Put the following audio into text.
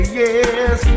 yes